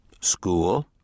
School